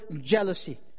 jealousy